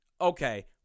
okay